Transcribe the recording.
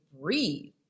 breathe